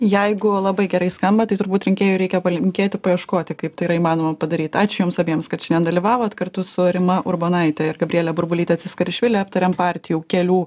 jeigu labai gerai skamba tai turbūt rinkėjui reikia palinkėti paieškoti kaip tai yra įmanoma padaryt ačiū jums abiems kad šiandien dalyvavot kartu su rima urbonaite ir gabriele burbulyte tsiskarišvili aptarėm partijų kelių